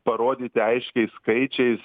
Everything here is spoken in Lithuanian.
parodyti aiškiai skaičiais